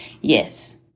Yes